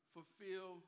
Fulfill